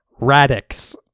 Radix